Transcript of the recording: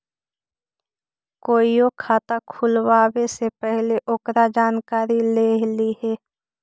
कोईओ खाता खुलवावे से पहिले ओकर जानकारी ले लिहें